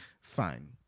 fine